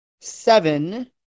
seven